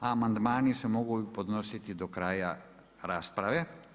Amandmani se mogu podnositi do kraja rasprave.